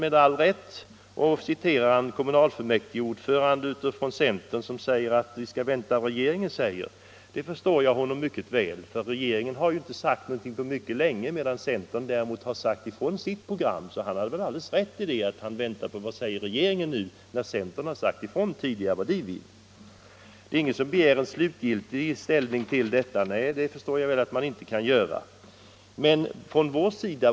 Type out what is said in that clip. Han citerade därvid en centerpartistisk kommunfullmäktigeordförande som sagt att vi bör vänta och se vad regeringen vill göra. Jag förstår mycket väl det uttalandet, eftersom regeringen inte sagt någonting på mycket länge, medan centern däremot delgett sin uppfattning. Det är då naturligtvis riktigt att vänta och se vad regeringen vill göra. Det är ingen som begär ett slutgiltigt ställningstagande, säger herr Peterson. Nej, det förstår jag.